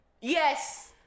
Yes